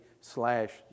slash